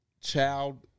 child